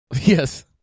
Yes